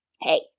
hey